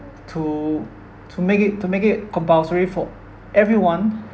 to to make it to make it compulsory for everyone